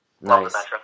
nice